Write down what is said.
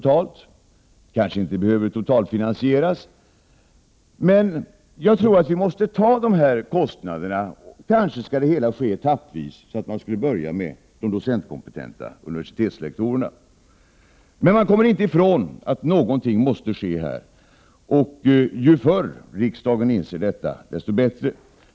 Förslaget kanske inte behöver totalfinansieras, men jag tror att vi måste ta dessa kostnader. Man skall kanske ta det hela etappvis och börja med de docentkompetenta universitetslektorerna. Men man kommer inte ifrån att någonting måste ske här — ju förr riksdagen inser detta, desto bättre.